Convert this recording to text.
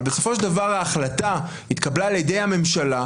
אבל בסופו של דבר ההחלטה התקבלה על ידי הממשלה,